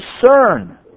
discern